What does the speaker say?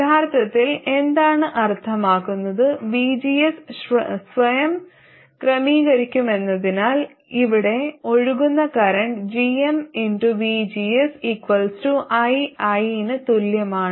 യഥാർത്ഥത്തിൽ എന്താണ് അർത്ഥമാക്കുന്നത് vgs സ്വയം ക്രമീകരിക്കുമെന്നതിനാൽ ഇവിടെ ഒഴുകുന്ന current gm x vgs ii ന് തുല്യമാണ്